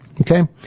okay